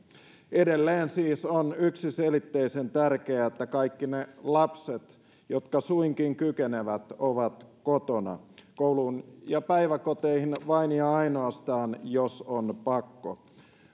edelleen siis on yksiselitteisen tärkeää että kaikki ne lapset jotka suinkin kykenevät ovat kotona kouluun ja päiväkoteihin mennään vain ja ainoastaan jos on pakko